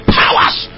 powers